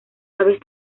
aves